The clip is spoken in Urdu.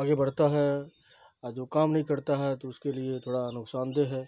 آگے بڑھتا ہے اور جو کام نہیں کرتا ہے تو اس کے لیے تھوڑا نقصان دہ ہے